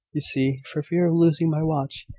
you see, for fear of losing my watch.